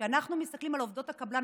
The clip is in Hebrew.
כשאנחנו מסתכלים על עובדות הקבלן,